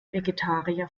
vegetarier